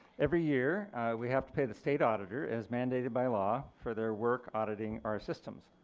every year we have to pay the state auditor, as mandated by law, for their work auditing our systems.